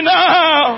now